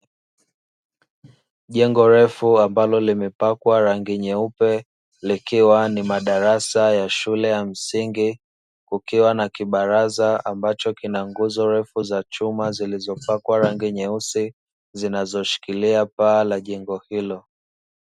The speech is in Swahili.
Jengo refu ambalo limepakwa rangi nyeupe likiwa ni madarasa ya shule ya msingi, kukiwa na kibaraza ambacho kina nguzo refu za chuma zilizopakwa rangi nyeusi zinazoshikilia paa la jengo hilo.